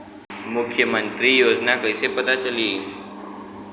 मुख्यमंत्री योजना कइसे पता चली?